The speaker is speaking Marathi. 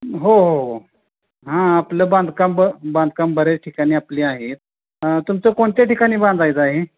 हो हो हो हां आपलं बांधकाम बांधकाम बऱ्याच ठिकाणी आपली आहेत तुमचं कोणत्या ठिकाणी बांधायचं आहे